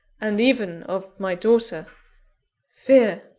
and even of my daughter fear,